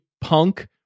punk